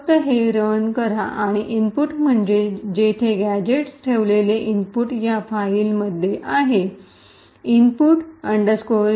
फक्त हे रन करा आणि इनपुट म्हणजे जेथे गॅझेट्स ठेवलेली इनपुट या फाइलमध्ये आहे इनपुट व्हीएम